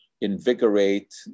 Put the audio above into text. invigorate